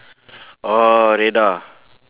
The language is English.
orh radar